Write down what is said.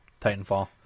Titanfall